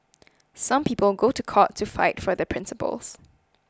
some people go to court to fight for their principles